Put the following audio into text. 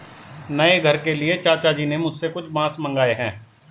नए घर के लिए चाचा जी ने मुझसे कुछ बांस मंगाए हैं